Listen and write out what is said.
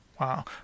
Wow